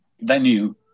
venue